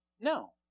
No